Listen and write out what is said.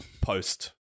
post